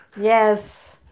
Yes